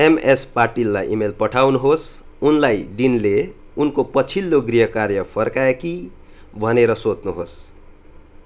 MS पाटिललाई email पठाउनुहोस् उनलाई डिनले उनको पछिल्लो गृहकार्य फर्काए कि भनेर सोध्नुहोस्